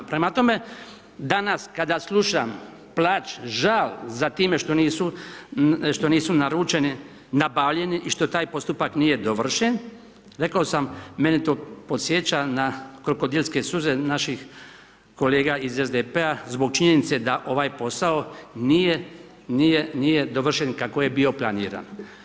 Prema tome, danas kada slušam plač, žal za time što nisu naručeni, nabavljeni i što taj postupak nije dovršen, rekao sam, mene to podsjeća na krokodilske suze naših kolega iz SDP-a zbog činjenice da ovaj posao nije dovršen kako je bio planiran.